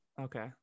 Okay